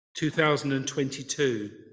2022